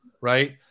right